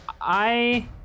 I-